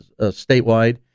statewide